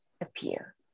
appear